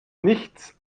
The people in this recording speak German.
nichts